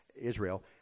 Israel